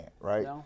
right